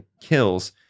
kills